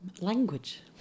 Language